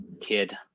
kid